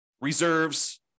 reserves